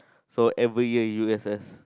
so every year u_s_s